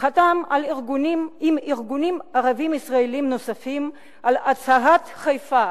חתם עם ארגונים ערביים ישראליים נוספים על "הצהרת חיפה"